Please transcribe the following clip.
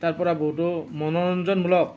তাৰ পৰা বহুতো মনোৰঞ্জনমূলক